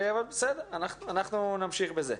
אנחנו נמשיך בזה.